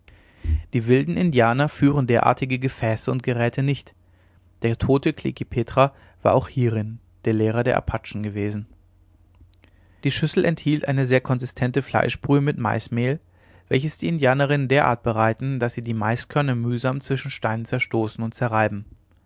die wilden indianer führen derartige gefäße und geräte nicht der tote klekih petra war auch hierin der lehrer der apachen gewesen die schüssel enthielt eine sehr konsistente fleischbrühe mit maismehl welches die indianerinnen derart bereiten daß sie die maiskörner mühsam zwischen steinen zerstoßen und zerreiben